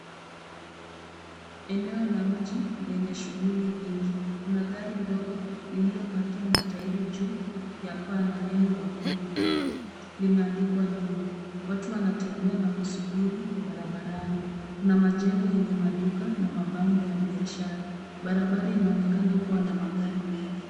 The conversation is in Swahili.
Eneo la mji lenye shuguli nyingi, kuna gari ndogo lililopakia matairi juu ya paa na neno makobi limeandikwa nyuma. Watu wanatembea na kusubiri barabarani. Kuna majengo yenye maduka na mabango ya biashara. Barabara inaonekana kuwa na magari mengi.